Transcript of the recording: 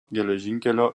geležinkelio